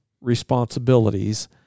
responsibilities